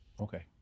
Okay